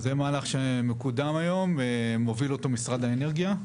זה מהלך שמקודם היום, ומוביל אותו משרד האנרגיה,